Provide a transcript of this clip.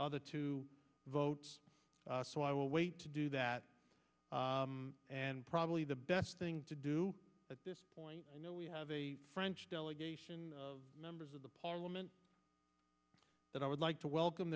other two votes so i will wait to do that and probably the best thing to do at this point i know we have a french delegation of members of the parliament that i would like to welcome